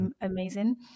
amazing